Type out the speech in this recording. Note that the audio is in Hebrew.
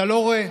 אתה לא רואה,